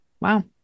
wow